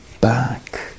back